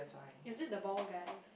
is it the bald guy